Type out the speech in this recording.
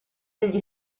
degli